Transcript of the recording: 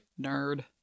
Nerd